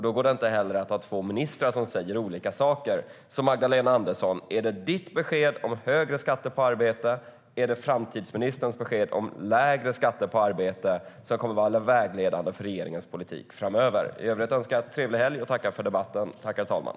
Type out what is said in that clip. Då går det inte heller att ha två ministrar som säger olika saker. Magdalena Andersson! Är det ditt besked om högre skatter på arbete eller är det framtidsministerns besked om lägre skatter på arbete som kommer att vara vägledande för regeringens politik framöver? I övrigt önskar jag trevlig helg och tackar för debatten.